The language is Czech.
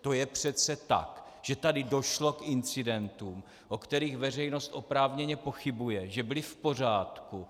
To je přece tak, že tady došlo k incidentům, o kterých veřejnost oprávněně pochybuje, že byly v pořádku.